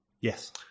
Yes